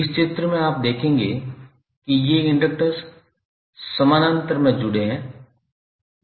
इस चित्र में आप देखेंगे कि ये इंडेक्सर्स समानांतर में जुड़े हुए हैं